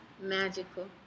magical